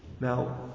Now